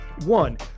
one